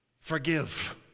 forgive